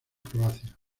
croacia